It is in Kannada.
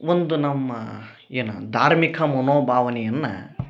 ಒಂದು ನಮ್ಮ ಏನ ಧಾರ್ಮಿಕ ಮನೋಭಾವನೆಯನ್ನ